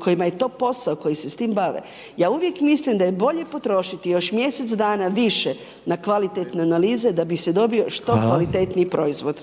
kojima je to posao, koji se s tim bave. Ja uvijek mislim da je bolje potrošiti još mjesec dana više na kvalitetne analize da bi se dobio što …/Upadica: